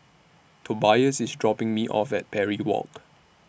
Tobias IS dropping Me off At Parry Walk